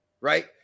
right